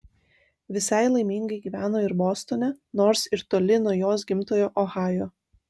visai laimingai gyveno ir bostone nors ir toli nuo jos gimtojo ohajo